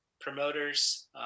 promoters